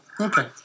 Okay